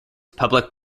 public